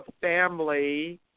family